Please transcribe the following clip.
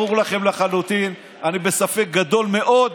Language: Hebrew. ברור לכם לחלוטין, אני בספק גדול מאוד,